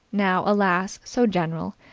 now, alas, so general,